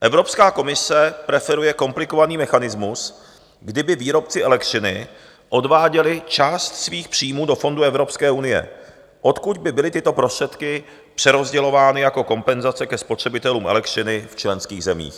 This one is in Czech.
Evropská komise preferuje komplikovaný mechanismus, kdy by výrobci elektřiny odváděli část svých příjmů do fondu Evropské unie, odkud by byly tyto prostředky přerozdělovány jako kompenzace ke spotřebitelům elektřiny v členských zemích.